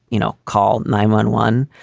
you know, call nine one one.